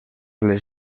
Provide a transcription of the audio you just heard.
les